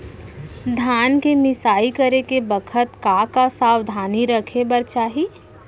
धान के मिसाई करे के बखत का का सावधानी रखें बर चाही?